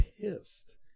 pissed